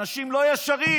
אנשים לא ישרים,